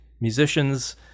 musicians